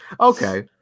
Okay